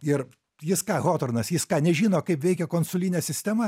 ir jis ką hotornas jis ką nežino kaip veikia konsulinė sistema